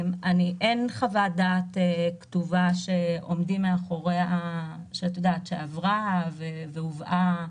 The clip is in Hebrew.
אין חוות דעת כתובה שעומדים מאחוריה, שעברה והובאה